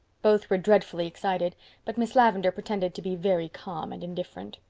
both were dreadfully excited but miss lavendar pretended to be very calm and indifferent.